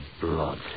blood